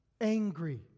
angry